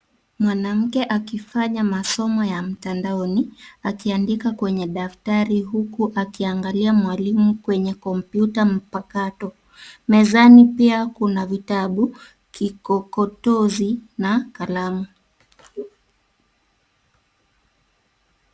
Mwanamke akifanya masomo ya mtandaoni akiandika kwenye daftari huku akiangalia mwalimu kwenye kompyuta mpakato mezani pia kuna vitabu ,kikokotozi na kalamu.